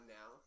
now